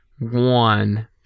one